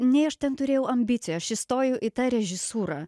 nei aš ten turėjau ambicijų aš įstojau į tą režisūrą